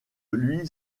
lui